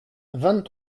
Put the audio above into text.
vingt